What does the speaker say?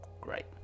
Great